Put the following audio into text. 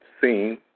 seen